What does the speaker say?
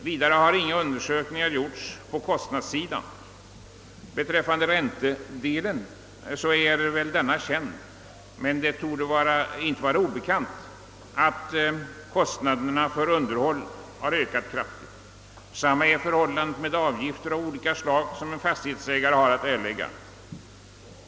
Vidare har inga undersökningar gjorts på kostnadssidan. Beträffande räntedelen så är väl denna känd, men det torde inte heller vara obekant att kostnaderna för underhåll har ökat kraftigt. Detsamma är förhållandet med de avgifter av olika slag som en fastighetsägare har att erlägga.